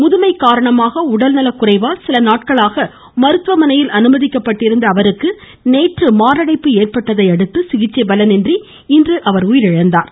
முதுமை காரணமான உடல் நலக் குறைவால் சில நாட்களாக மருத்துவமனையில் அனுமதிக்கப்பட்டிருந்த அவருக்கு நேற்று மாரடைப்பு ஏற்பட்டதையடுத்து சிகிச்சை பலனின்றி அவர் உயிரிழந்தார்